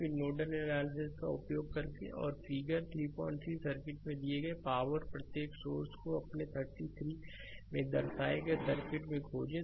फिर nodal analysis का उपयोग करके एक और फिगर 33 सर्किट में दिए गए पावर प्रत्येक सोर्स को अपने 33 में दर्शाए गए सर्किट में खोजें